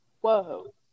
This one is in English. Whoa